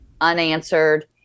unanswered